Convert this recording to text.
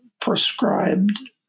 prescribed